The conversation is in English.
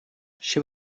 she